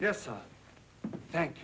yes thank